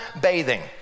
bathing